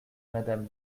madame